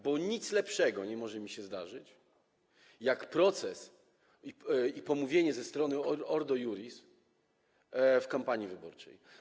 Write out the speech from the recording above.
Bo nic lepszego nie może mi się zdarzyć niż proces i pomówienie ze strony Ordo Iuris w kampanii wyborczej.